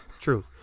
True